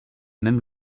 même